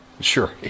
Sure